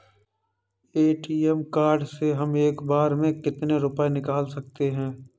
ATM card से हम एक बार में कितने रुपये निकाल सकते हैं?